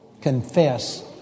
confess